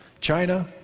China